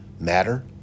matter